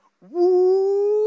woo